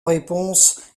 réponse